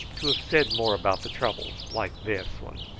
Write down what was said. to have said more about the troubles, like this one,